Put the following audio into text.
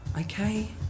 okay